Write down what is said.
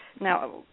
Now